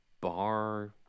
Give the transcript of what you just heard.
Bar